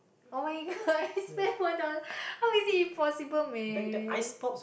oh-my-god I spent one dollar how is it impossible man